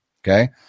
Okay